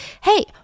hey